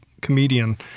comedian